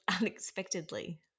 unexpectedly